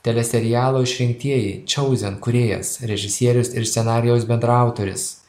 teleserialo išrinktieji chosen kūrėjas režisierius ir scenarijaus bendraautoris